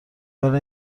برای